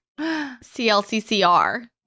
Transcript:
clccr